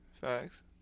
Facts